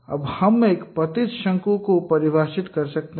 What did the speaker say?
अब हम एक पतित शंकु को परिभाषित कर सकते हैं